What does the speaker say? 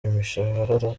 imishahara